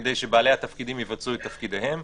כדי שבעלי התפקידים יבצעו את תפקידיהם.